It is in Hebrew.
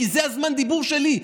כי זה זמן הדיבור שלי,